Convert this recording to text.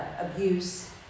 abuse